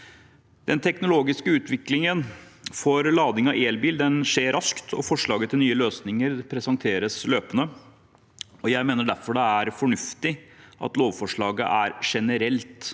Den teknologiske utviklingen for lading av elbil skjer raskt, og forslag til nye løsninger presenteres løpende. Jeg mener derfor det er fornuftig at lovforslaget er generelt formulert